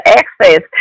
access